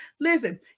Listen